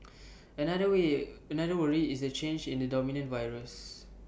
another way another worry is the change in the dominant virus